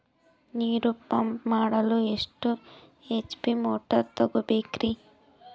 ನೀರು ಪಂಪ್ ಮಾಡಲು ಎಷ್ಟು ಎಚ್.ಪಿ ಮೋಟಾರ್ ತಗೊಬೇಕ್ರಿ?